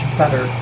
better